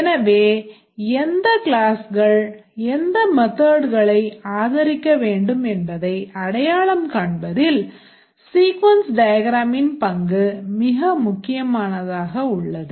எனவே எந்த classகள் எந்த methodகளை ஆதரிக்க வேண்டும் என்பதை அடையாளம் காண்பதில் sequence diagram ன் பங்கு மிக முக்கியமானதாக உள்ளது